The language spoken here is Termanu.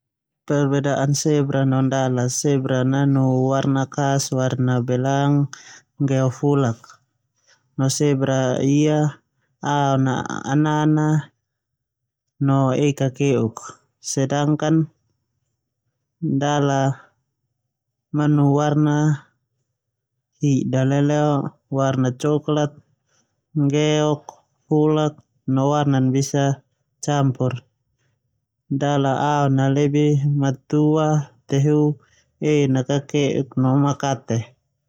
Perbedaan zebra no dala. Zebra nanu watna khas belang geo fulak no zebra ia aon anana no ein a kake'uk sedangkan dala manu warna hidawarna coklat, nggeok, fulak no warna bisa campur no dala ein aa matua kake'uk no makate.